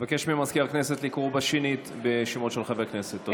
אבקש ממזכיר הכנסת לקרוא בשנית בשמות חברי הכנסת.